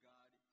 God